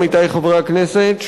עמיתי חברי הכנסת,